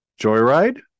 Joyride